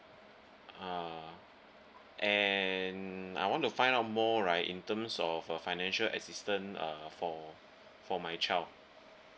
uh and I want to find out more right in terms of a financial assistant uh for for my child